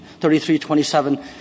3327